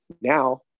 now